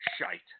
shite